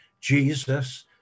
Jesus